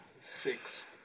six